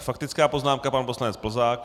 Faktická poznámka pan poslanec Plzák.